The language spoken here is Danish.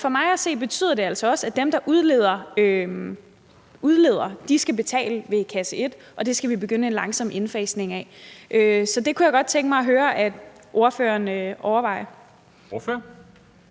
for mig at se betyder det altså også, at dem, der udleder, skal betale ved kasse et, og det skal vi begynde en langsom indfasning af. Det kunne jeg godt tænke mig at høre ordførerens overvejelser